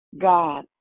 God